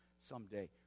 someday